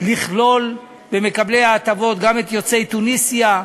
לכלול במקבלי ההטבות גם את יוצאי תוניסיה,